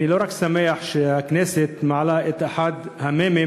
אני לא רק שמח שהכנסת מעלה את אחד המ"מים